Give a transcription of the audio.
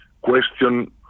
question